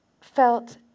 felt